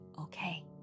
okay